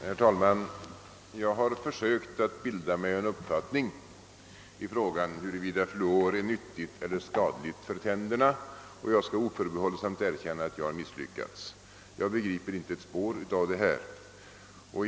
Herr talman! Jag har försökt bilda mig en uppfattning i frågan huruvida fluor är nyttigt eller skadligt för människor, och jag skall oförbehållsamt erkänna att jag har misslyckats. Jag begriper inte ett spår av detta.